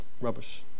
rubbish